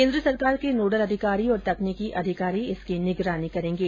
केन्द्र सरकार के नोडल अधिकारी और तकनीकी अधिकारी इसकी निगरानी करेंगे